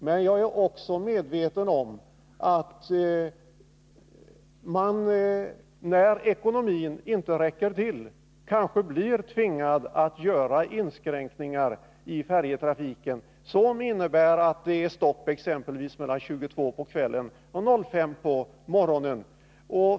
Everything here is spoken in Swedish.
Men jag är också medveten om att man, när ekonomin inte räcker till, kanske blir tvingad att göra inskränkningar i färjetrafiken som innebär att det är stopp exempelvis mellan kl. 22 och kl. 5 på morgonen.